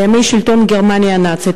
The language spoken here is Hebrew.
בימי שלטון גרמניה הנאצית,